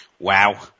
Wow